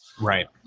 Right